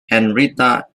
henrietta